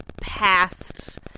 past